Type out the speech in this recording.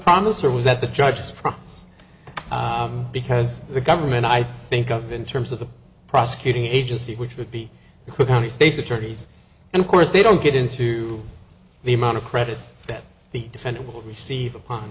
promise or was that the judges from us because the government i think of in terms of the prosecuting agency which would be cook county state's attorneys and of course they don't get into the amount of credit that the defendant will receive upon